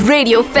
Radio